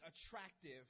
attractive